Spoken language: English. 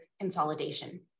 consolidation